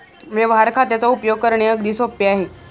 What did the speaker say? व्यवहार खात्याचा उपयोग करणे अगदी सोपे आहे